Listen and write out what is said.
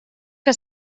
que